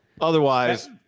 Otherwise